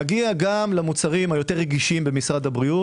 נגיע גם למוצרים היותר רגישים במשרד הבריאות.